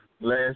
Last